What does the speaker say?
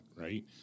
right